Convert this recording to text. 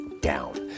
down